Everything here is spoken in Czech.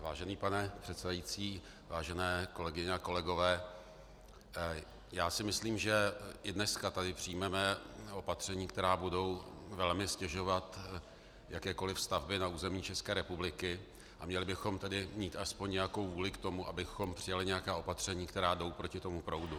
Vážený pane předsedající, vážené kolegyně a kolegové, myslím si, že dneska tady přijmeme opatření, která budou velmi ztěžovat jakékoli stavby na území České republiky, a měli bychom mít aspoň nějakou vůli, abychom přijali nějaká opatření, která jdou proti tomu proudu.